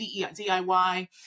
DIY